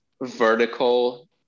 vertical